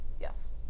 Yes